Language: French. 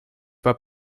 pas